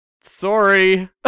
sorry